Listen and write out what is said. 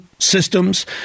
Systems